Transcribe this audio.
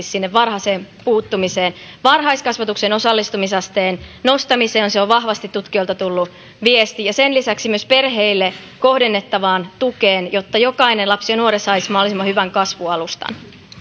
sinne varhaiseen puuttumiseen varhaiskasvatuksen osallistumisasteen nostamiseen se on vahvasti tutkijoilta tullut viesti ja sen lisäksi myös perheille kohdennettavaan tukeen jotta jokainen lapsi ja nuori saisi mahdollisimman hyvän kasvualustan